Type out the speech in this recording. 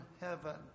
heaven